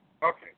Okay